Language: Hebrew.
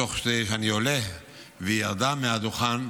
תוך כדי שאני עולה והיא ירדה מן הדוכן,